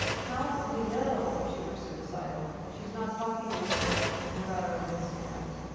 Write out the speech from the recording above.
how would we know if she were suicidal? she's not talking to us and we're at our wits end.